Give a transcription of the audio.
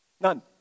None